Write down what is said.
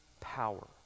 power